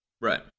Right